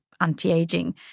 anti-aging